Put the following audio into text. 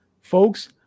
Folks